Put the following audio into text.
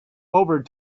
over